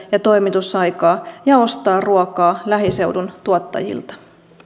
ja toimitusaikaa ja ostaa ruokaa lähiseudun tuottajilta